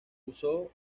usó